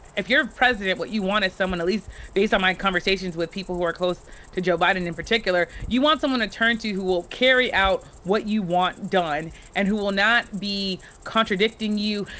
if you're president, what you want is someone, at least based on my conversations with people who are close to joe biden in particular, you want someone to turn to who will carry out what you want done, and who will not be contradicting you.